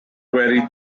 credit